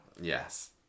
Yes